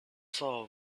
saw